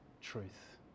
truth